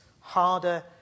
harder